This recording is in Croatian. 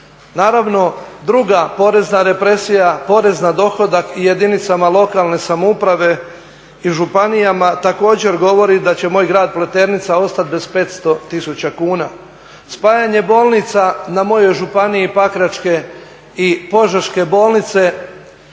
Naravno, druga porezna represija porez na dohodak i jedinicama lokalne samouprave i županijama također govori da će moj Grad Pleternica ostat bez 500 tisuća kuna. Spajanje bolnica na mojoj županiji, Pakračke i Požeške bolnice